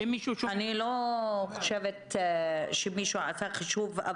אני לא חושבת שמישהו עשה חישוב.